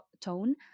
tone